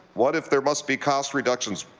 what if there must be cost reductions?